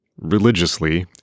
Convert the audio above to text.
religiously